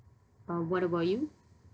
uh what about you